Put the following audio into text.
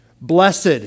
Blessed